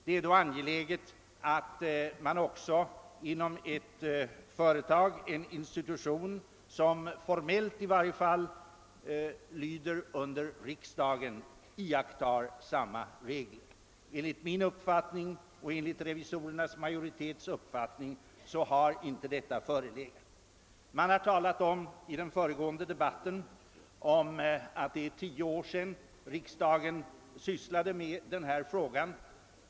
Det är därför angeläget att man också inom en institution som i varje fall formellt lyder under riksdagen iakttar samma regler. Enligt min och enligt riksdagsrevisorernas majoritets uppfattning har så inte varit fallet. I debatten här har talats om att det var tio år sedan riksdagen behandlade frågan om riksbankens avdelningskontor.